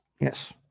Yes